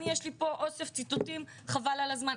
גם לי יש פה אוסף ציטוטים חבל על הזמן.